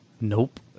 Nope